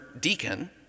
deacon